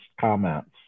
comments